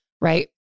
right